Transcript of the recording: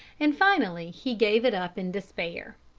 and finally he gave it up in despair.